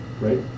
Right